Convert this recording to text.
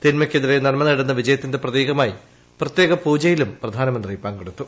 തിന്മയ്ക്കെതിരെ നന്മ് നേട്ടുന്ന വിജയത്തിന്റെ പ്രതീകമായി പ്രത്യേക പൂജയിലും പ്രധാനമത്രി പ്ങ്കെടുത്തു